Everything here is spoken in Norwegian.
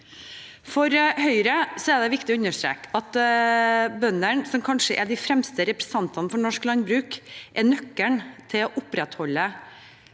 For Høyre er det viktig å understreke at bøndene, som kanskje er de fremste representantene for norsk landbruk, er nøkkelen til å opprettholde